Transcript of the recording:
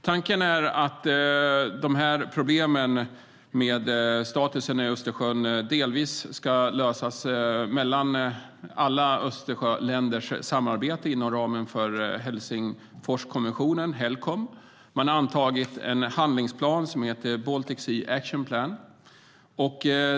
Tanken är att problemen med statusen i Östersjön delvis ska lösas mellan alla Östersjöländer i samarbete inom ramen för Helsingforskonventionen, Helcom. Man har antagit en handlingsplan som heter Baltic Sea Action Plan.